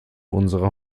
unserer